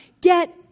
Get